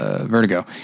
Vertigo